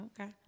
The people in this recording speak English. Okay